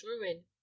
ruin